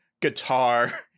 guitar